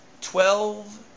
Twelve